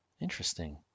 Interesting